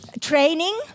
training